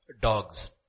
dogs